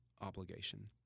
obligation